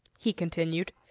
he continued,